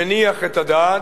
מניח את הדעת.